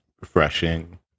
refreshing